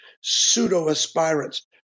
pseudo-aspirants